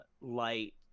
light